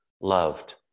loved